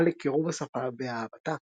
ופעל לקירוב השפה ואהבתה.